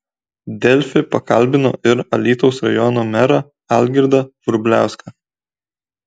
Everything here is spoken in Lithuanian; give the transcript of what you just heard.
delfi pakalbino ir alytaus rajono merą algirdą vrubliauską